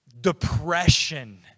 depression